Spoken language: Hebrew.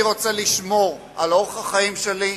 אני רוצה לשמור על אורח החיים שלי,